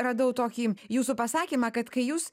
radau tokį jūsų pasakymą kad kai jūs